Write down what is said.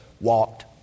walked